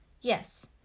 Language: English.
Yes